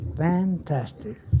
Fantastic